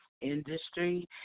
industry